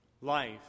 life